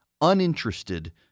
uninterested